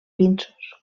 pinsos